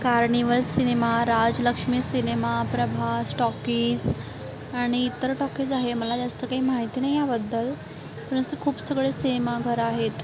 carnival cinema Rajlakshmi cinema Prabhas talkies आणि इतर talkies आहे मला जास्त काही माहिती नाही याबद्दल पण असे खूप सगळे सिनेमाघर आहेत